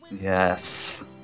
Yes